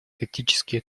критический